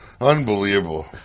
Unbelievable